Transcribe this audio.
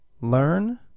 Learn